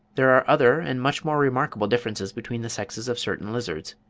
there are other and much more remarkable differences between the sexes of certain lizards.